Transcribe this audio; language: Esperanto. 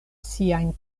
siajn